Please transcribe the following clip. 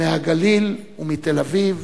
מהגליל ומתל-אביב.